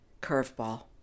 curveball